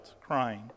crying